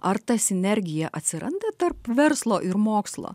ar ta sinergija atsiranda tarp verslo ir mokslo